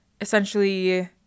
essentially